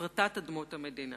הפרטת אדמות המדינה.